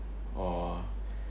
or